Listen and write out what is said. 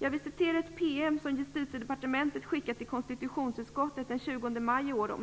Jag vill citera en PM om Europolkonventionen som Justitiedepartementet skickat till konstitutionsutskottet den 20 maj i år: